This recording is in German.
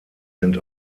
sind